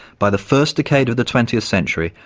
by the first decade of the twentieth century,